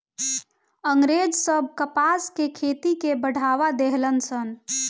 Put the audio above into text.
अँग्रेज सब कपास के खेती के बढ़ावा देहलन सन